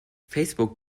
facebook